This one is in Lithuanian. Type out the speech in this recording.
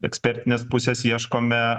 ekspertinės pusės ieškome